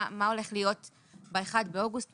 מה הולך להיות ב-1 באוגוסט,